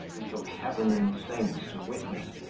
who took heaven and the saints to witness,